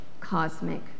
cosmic